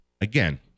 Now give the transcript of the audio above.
Again